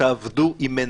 תעבדו עם פיקוד העורף,